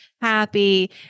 happy